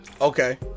Okay